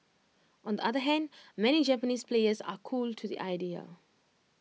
on the other hand many Japanese players are cool to the idea